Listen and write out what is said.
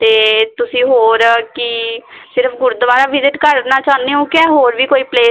ਅਤੇ ਤੁਸੀਂ ਹੋਰ ਕੀ ਸਿਰਫ਼ ਗੁਰਦੁਆਰਾ ਵਿਜ਼ਿਟ ਕਰਨਾ ਚਾਹੁੰਦੇ ਹੋ ਕਿ ਹੋਰ ਵੀ ਕੋਈ ਪਲੇਸ